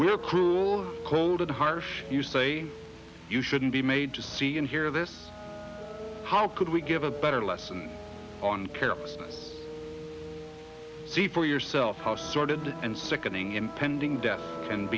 we're cruel cold and harsh you say you shouldn't be made to see and hear this how could we give a better lesson on care see for yourself how started and sickening impending death and